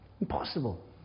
Impossible